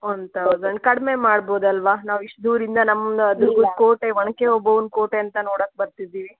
one thousand ಕಡಿಮೆ ಮಾಡ್ಬೋದಲ್ಲವಾ ನಾವು ಇಷ್ಟು ದೂರಿಂದ ನಮ್ಮ ದುರ್ಗದ ಕೋಟೆ ಒನಕೆ ಓಬವ್ವನ ಕೋಟೆ ಅಂತ ನೋಡಕ್ಕೆ ಬರ್ತಿದ್ದೀವಿ